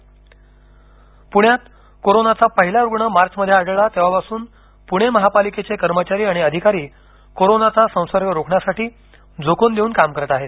Pune corona पुण्यात कोरोनाचा पहिला रुग्ण मार्चमध्ये आढळला तेव्हापासून पुणे महापालिकेचे कर्मचारी आणि अधिकारी कोरोनाचा संसर्ग रोखण्यासाठी झोकून देऊन काम करत आहेत